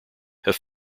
have